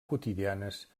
quotidianes